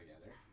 together